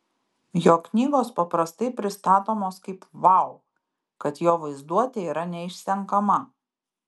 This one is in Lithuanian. jo knygos paprastai pristatomos kaip vau kad jo vaizduotė yra neišsenkama